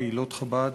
קהילות חב"ד,